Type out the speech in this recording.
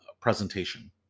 presentation